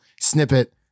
snippet